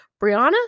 Brianna